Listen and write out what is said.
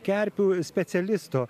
kerpių specialisto